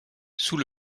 sous